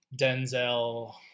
denzel